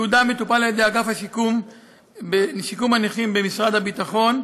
יהודה מטופל על ידי אגף שיקום הנכים במשרד הביטחון,